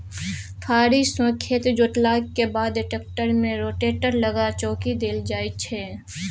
फारी सँ खेत जोतलाक बाद टेक्टर मे रोटेटर लगा चौकी देल जाइ छै